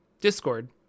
Discord